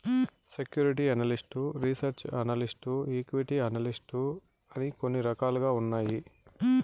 security analyst research analyst equity analyst అని కొన్ని రకాలు ఉన్నాయి